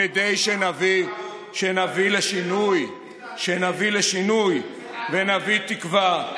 אתם עושים עוד פעם את אותה טעות.